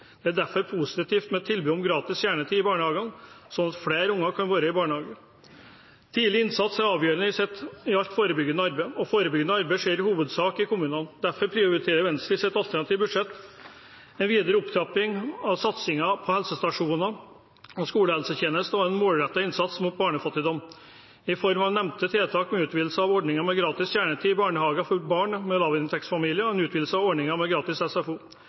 Det er derfor positivt med tilbud om gratis kjernetid i barnehagen, sånn at flere unger kan være i barnehage. Tidlig innsats er avgjørende i alt forebyggende arbeid. Forebyggende arbeid skjer i hovedsak i kommunene. Derfor prioriterer vi i Venstre i vårt alternative budsjett en videre opptrapping av satsingen på helsestasjoner, skolehelsetjeneste og en målrettet innsats mot barnefattigdom, i form av nevnte tiltak med utvidelse av ordningen med gratis kjernetid i barnehagen for barn i lavinntektsfamilier og en utvidelse av ordningen med gratis SFO.